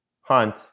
Hunt